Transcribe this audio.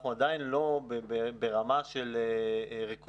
אנחנו עדיין לא ברמה של ריכוזיות,